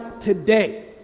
today